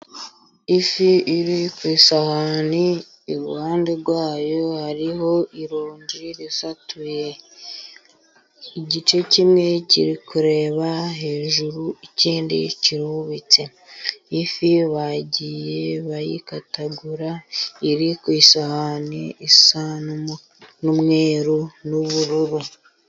Ifi iri ku isahani, iruhande rwa yo hariho ironji risatuye. Igice kimwe kiri kureba hejuru, ikindi kirubitse. Ifi bagiye bayikatagura, iri ku isahani isa n'umweru n'ubururu.